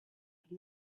from